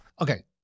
Okay